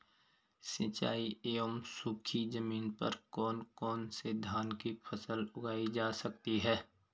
सिंचाई एवं सूखी जमीन पर कौन कौन से धान की फसल उगाई जा सकती है?